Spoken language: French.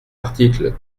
article